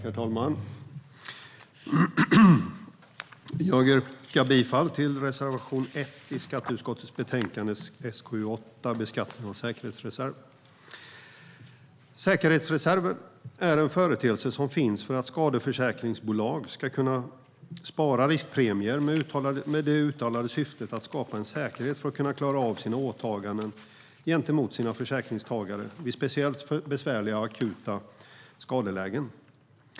Herr talman! Jag yrkar bifall till reservation 1 i skatteutskottets betänkande SkU8 Beskattning av säkerhetsreserv . Säkerhetsreserv är en företeelse som finns för att skadeförsäkringsbolag ska kunna spara riskpremier med det uttalade syftet att skapa en säkerhet för att kunna klara av sina åtaganden gentemot sina försäkringstagare vid speciellt besvärliga och akuta skadelägen.